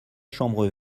chambre